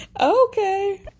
Okay